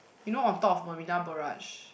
you know on top of Marina Barrage